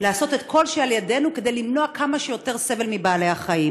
לעשות כל שלאל ידנו כדי למנוע כמה שיותר סבל מבעלי-החיים.